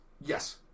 Yes